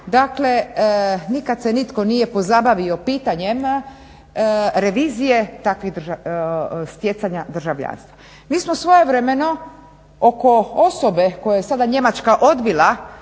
Dakle, nikad se nitko nije pozabavio pitanjem revizije takvih stjecanja državljanstva. Mi smo svojevremeno oko osobe koja je sada Njemačka odbila